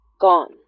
Gone